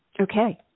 Okay